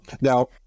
Now